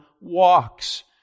walks